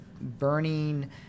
burning